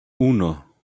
uno